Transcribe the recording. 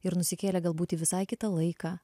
ir nusikėlė galbūt į visai kitą laiką